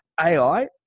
AI